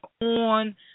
on